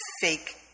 fake